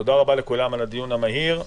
תודה רבה לכולם על הדיון המהיר.